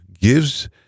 gives